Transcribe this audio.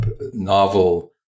novel